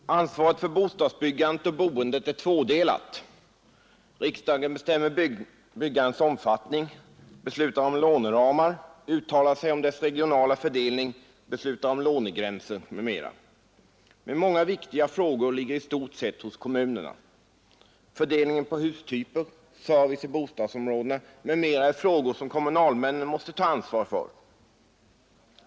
Herr talman! Ansvaret för bostadsbyggandet och boendet är tvådelat. Riksdagen bestämmer byggandets omfattning, beslutar om låneramar, uttalar sig om dess regionala fördelning, beslutar om lånegränser m.m. Men många viktiga frågor ligger i stort sett hos kommunerna. Fördelning på hustyper, service i bostadsområden m.m. är frågor som kommunalmännen måste ta ansvar för.